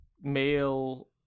male